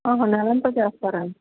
అహ నెలంత చేస్తారా